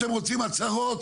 אתם רוצים הצהרות,